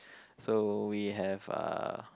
so we have uh